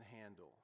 handle